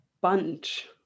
bunch